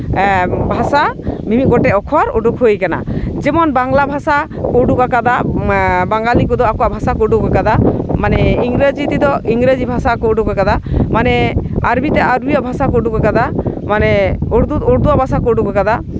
ᱵᱷᱟᱥᱟ ᱢᱤᱢᱤᱫ ᱜᱚᱴᱮᱡ ᱚᱠᱠᱷᱚᱨ ᱩᱰᱩᱠ ᱦᱩᱭ ᱠᱟᱱᱟ ᱡᱮᱢᱚᱱ ᱵᱟᱝᱞᱟ ᱵᱷᱟᱥᱟ ᱩᱰᱩᱠ ᱟᱠᱟᱫᱟ ᱵᱟᱝᱜᱟᱞᱤ ᱠᱚᱫᱚ ᱟᱠᱚᱣᱟᱜ ᱵᱷᱟᱥᱟ ᱠᱚ ᱩᱰᱩᱠ ᱟᱠᱟᱫᱟ ᱢᱟᱱᱮ ᱤᱝᱨᱮᱡᱤ ᱛᱮᱫᱚ ᱤᱝᱨᱮᱡᱤ ᱵᱷᱟᱥᱟ ᱠᱚ ᱩᱰᱩᱠ ᱠᱟᱫᱟ ᱢᱟᱱᱮ ᱟᱨᱵᱤ ᱛᱮ ᱟᱨᱵᱤᱭᱟᱜ ᱵᱷᱟᱥᱟ ᱠᱚ ᱩᱰᱩᱠ ᱠᱟᱫᱟ ᱢᱟᱱᱮ ᱩᱨᱫᱩᱣᱟᱜ ᱵᱷᱟᱥᱟ ᱠᱚ ᱩᱰᱩᱠ ᱠᱟᱫᱟ